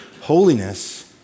Holiness